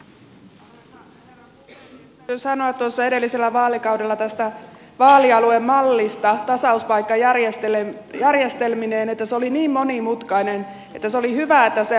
täytyy sanoa että tuossa edellisellä vaalikaudella tämä vaalialuemalli tasauspaikkajärjestelmineen oli niin monimutkainen että oli hyvä että se haudattiin ja kuopattiin